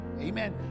Amen